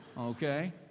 Okay